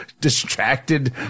distracted